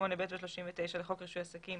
38ב ו-39 לחוק רישוי עסקים